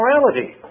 morality